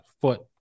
Foot